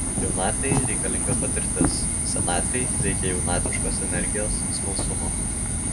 jaunatvei reikalinga patirtis senatvei reikia jaunatviškos energijos smalsumo